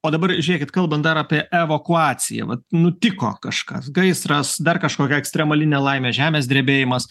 o dabar žiūrėkit kalbant apie evakuaciją vat nutiko kažkas gaisras dar kažkokia ekstremali nelaimė žemės drebėjimas